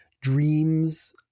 dreams